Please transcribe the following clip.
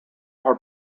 are